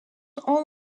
all